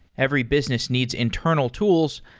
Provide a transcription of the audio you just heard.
every business needs interna l tools,